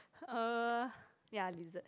uh ya lizard